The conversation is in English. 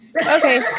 Okay